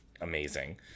amazing